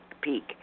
peak